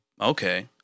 okay